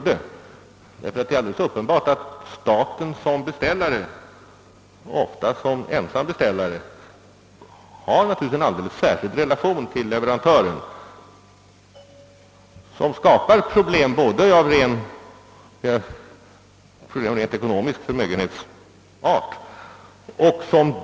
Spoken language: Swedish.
Det är alldeles uppenbart att staten som beställare, ofta som ensam sådan, har en alldeles särskild relation till leverantören, vilket skapar problem av ren förmögenhetsart.